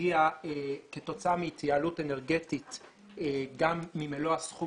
שתגיע כתוצאה מהתייעלות אנרגטית גם ממלוא הסכום